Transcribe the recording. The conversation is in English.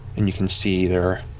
and you can see there